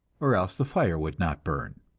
or else the fire would not burn.